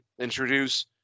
introduce